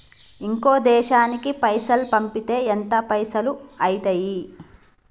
ఇంకో దేశానికి పైసల్ పంపితే ఎంత పైసలు అయితయి?